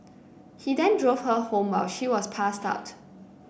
he then drove her home while she was passed out